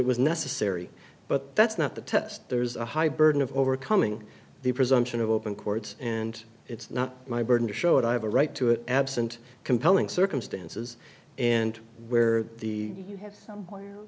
it was necessary but that's not the test there's a high burden of overcoming the presumption of open chords and it's not my burden to show that i have a right to it absent compelling circumstances and where the